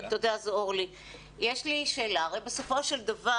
יש לי שאלה: הרי בסופו של דבר,